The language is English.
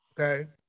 Okay